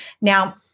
Now